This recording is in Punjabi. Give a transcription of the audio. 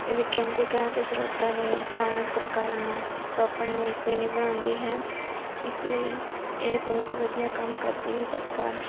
ਵਿਕੇਂਦਰੀਕਰਨ ਦੇ ਸਰੋਤਾਂ ਦੇ ਸਥਾਨਕ ਸਰਕਾਰਾਂ ਨੂੰ ਸੌਂਪਣ ਨੂੰ ਯਕੀਨੀ ਬਣਾਉਂਦੀ ਹੈ ਇਸ ਲਈ ਇਹ ਬਹੁਤ ਵਧੀਆ ਕੰਮ ਕਰਦੀ ਹੈ ਸਰਕਾਰ